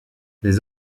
les